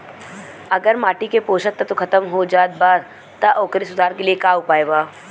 अगर माटी के पोषक तत्व खत्म हो जात बा त ओकरे सुधार के लिए का उपाय बा?